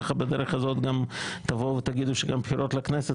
ככה בדרך הזאת תגידו שגם בחירות לכנסת